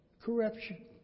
Corruption